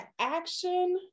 action